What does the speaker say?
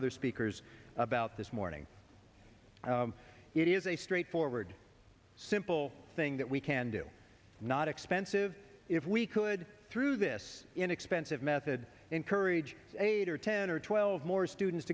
other speakers about this morning it is a straightforward simple thing that we can do not expensive if we could through this inexpensive method encourage eight or ten or twelve more students